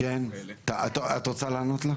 היא רוצה לענות לך אורית.